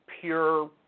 pure